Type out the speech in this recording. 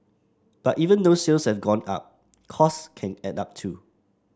but even though sales have gone up costs can add up too